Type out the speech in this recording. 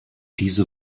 diese